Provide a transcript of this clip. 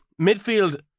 midfield